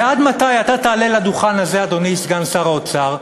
ועד מתי אתה תעלה לדוכן הזה, אדוני סגן שר האוצר,